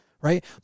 right